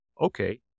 Okay